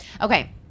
Okay